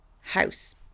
house